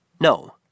No